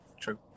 True